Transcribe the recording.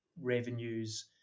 revenues